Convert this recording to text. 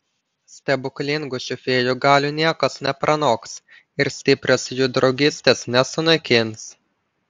stebuklingų šių fėjų galių niekas nepranoks ir stiprios jų draugystės nesunaikins